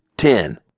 Ten